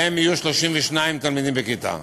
בהם יהיו 32 תלמידים בכיתה,